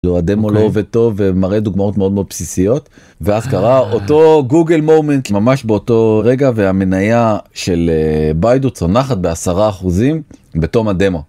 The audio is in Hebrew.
הדמו לא עובד טוב ומראה דוגמאות מאוד מאוד בסיסיות ואז קרה אותו google moment ממש באותו רגע והמנייה של ביידו צונחת בעשרה אחוזים בתום הדמו.